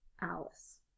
Alice